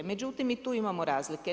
Međutim, i tu imamo razlike.